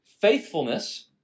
faithfulness